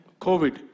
COVID